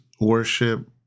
worship